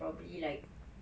probably like